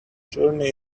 journey